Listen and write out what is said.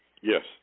Yes